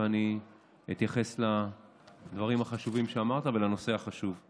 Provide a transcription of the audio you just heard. ואני אתייחס לדברים החשובים שאמרת ולנושא החשוב.